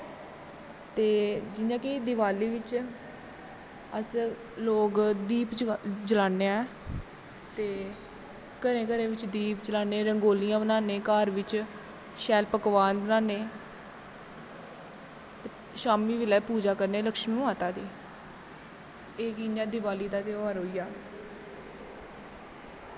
ते जियां कि दिवाली बिच्च अस लोग दीप जलाने ऐं ते घरें घरें बिच्च दीप जलाने रंगोलियां बनान्ने घर बिच्च शैल पकवान बनान्ने शाम्मी बेल्लै पूजा करने लक्षी माता दी एह् के इयां दिवाली दी ध्यार होईया